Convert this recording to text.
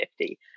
50